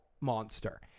monster